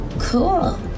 cool